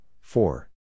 four